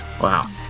wow